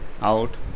out